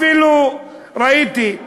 אפילו ראיתי,